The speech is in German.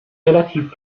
relativ